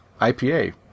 IPA